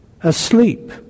asleep